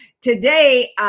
today